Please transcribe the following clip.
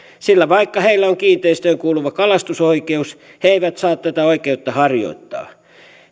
sillä vaikka heillä on kiinteistöön kuuluva kalastusoikeus he eivät saa tätä oikeutta harjoittaa